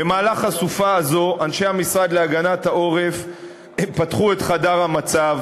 במהלך הסופה הזו אנשי המשרד להגנת העורף פתחו את חדר המצב,